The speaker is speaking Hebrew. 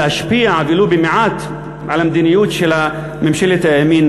להשפיע ולו במעט על המדיניות של ממשלת הימין